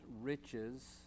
riches